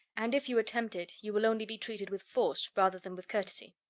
and if you attempt it, you will only be treated with force rather than with courtesy.